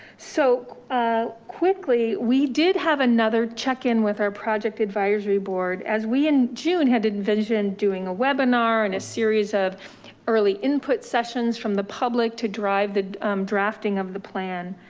so ah quickly, we did have another check in with our project advisory board. as we in june had envisioned doing a webinar and a series of early input sessions from the public to drive the drafting of the plan.